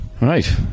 Right